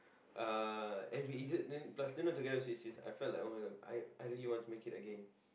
uh and we is it then plus eating it together with Swiss cheese I felt like [oh]-my-god I I really want to make it again